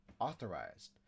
authorized